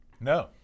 No